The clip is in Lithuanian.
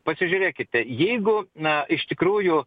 pasižiūrėkite jeigu na iš tikrųjų